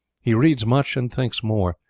he reads much and thinks more,